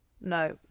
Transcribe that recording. No